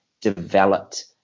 developed